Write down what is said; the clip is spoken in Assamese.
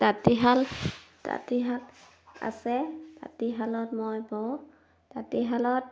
তাঁতীশাল তাঁতীশাল আছে তাঁতীশালত মই বওঁ তাঁতীশালত